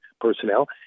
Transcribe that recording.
personnel